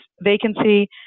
vacancy